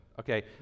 Okay